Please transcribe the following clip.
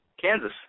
Kansas